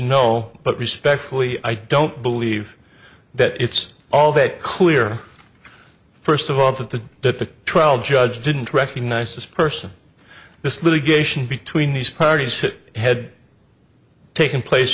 no but respectfully i don't believe that it's all that clear first of all that the that the trial judge didn't recognize this person this litigation between these parties hit had taken place